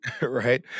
Right